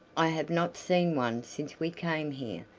i have not seen one since we came here,